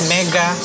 Mega